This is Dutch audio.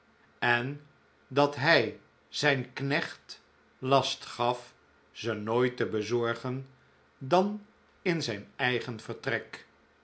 en dat hij zijn knecht last gaf ze nooit te bezorgen oooa oo do oo dan in zijn eigen vertrek